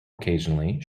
occasionally